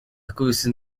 akubise